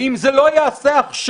ואם זה לא ייעשה עכשיו,